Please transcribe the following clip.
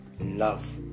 love